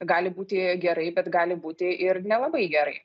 gali būti gerai bet gali būti ir nelabai gerai